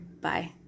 bye